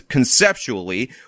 Conceptually